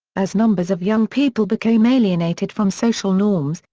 as numbers of young people became alienated from social norms,